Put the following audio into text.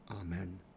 Amen